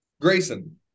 Grayson